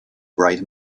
bright